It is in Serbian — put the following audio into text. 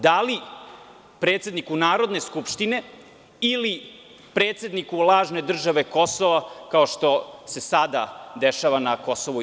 Da li predsedniku Narodne skupštine, ili predsedniku lažne države Kosovo, kao što se sada dešava na Kim?